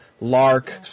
Lark